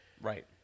Right